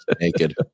Naked